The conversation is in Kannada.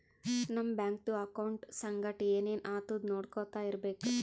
ನಮ್ ಬ್ಯಾಂಕ್ದು ಅಕೌಂಟ್ ಸಂಗಟ್ ಏನ್ ಏನ್ ಆತುದ್ ನೊಡ್ಕೊತಾ ಇರ್ಬೇಕ